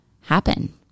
happen